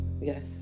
Yes